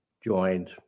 joined